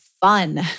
fun